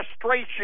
frustration